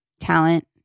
Talent